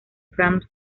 franz